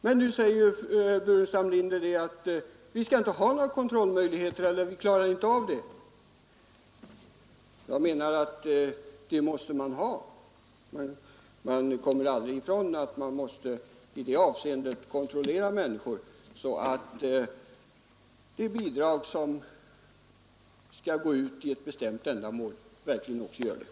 Men herr Burenstam Linder säger att vi inte skall ha några kontrollmöjligheter därför att vi inte klarar av att tillämpa dem. Jag anser att man måste ha en sådan kontroll, så att de bidrag som skall gå till ett bestämt ändamål verkligen gör det.